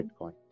Bitcoin